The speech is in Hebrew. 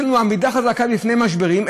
יש לנו עמידה חזקה בפני משברים,